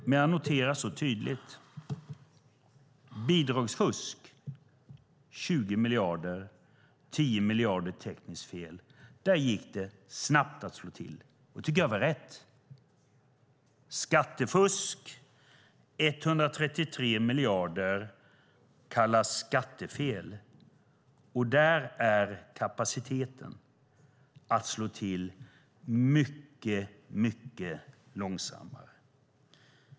Men jag noterar tydligt: För bidragsfusk på 20 miljarder, varav 10 miljarder tekniskt fel, gick det snabbt att slå till. Det tycker jag var rätt. Men skattefusk på 133 miljarder kallas "skattefel", och där är kapaciteten att slå till mycket långsammare.